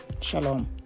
Shalom